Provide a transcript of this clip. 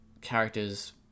characters